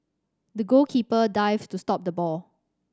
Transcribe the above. the goalkeeper dived to stop the ball